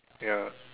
ya